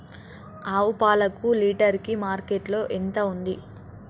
ఆవు పాలకు లీటర్ కి మార్కెట్ లో ఎంత ఉంది?